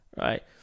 right